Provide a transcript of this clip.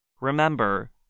Remember